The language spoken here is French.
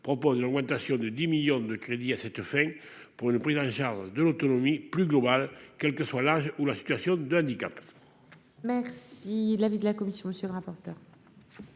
propose une augmentation de 10 millions de crédit à cette fin pour une prise en charge de l'autonomie plus globale, quelle que soit l'âge où la situation de handicap. Merci l'avis de la commission, monsieur le rapporteur.